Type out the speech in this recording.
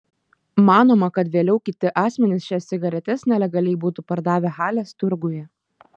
manoma kad vėliau kiti asmenys šias cigaretes nelegaliai būtų pardavę halės turguje